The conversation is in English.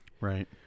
Right